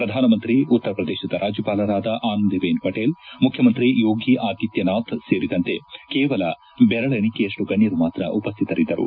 ಪ್ರಧಾನಮಂತ್ರಿ ಉತ್ತರ ಪ್ರದೇಶದ ರಾಜ್ಯಪಾಲರಾದ ಆನಂದಿ ಬೆನ್ ಪಟೇಲ್ ಮುಖ್ಯಮಂತ್ರಿ ಯೋಗಿ ಆದಿತ್ಯನಾಥ್ ಸೇರಿದಂತೆ ಕೇವಲ ಬೆರಳೆಣಿಕೆಯಷ್ಟು ಗಣ್ಯರು ಮಾತ್ರ ಉಪಸ್ಥಿತರಿದ್ದರು